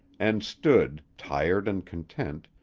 and stood, tired and content,